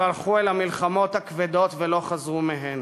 הלכו אל המלחמות הכבדות ולא חזרו מהם.